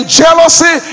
jealousy